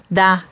da